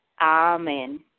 Amen